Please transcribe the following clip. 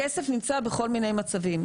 הכסף נמצא בכל מיני מצבים.